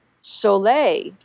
Soleil